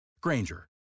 Granger